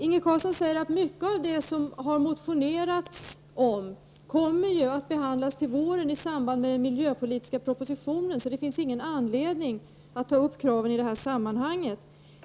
Inge Carlsson säger att mycket av det som man har motionerat om kommer att behandlas till våren i samband med den miljöpolitiska propositionen och att det därför inte finns någon anledning att ta upp dessa krav i det här sammanhanget.